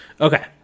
okay